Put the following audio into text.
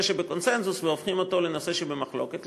שבקונסנזוס והופכים אותה לנושא שבמחלוקת.